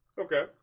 Okay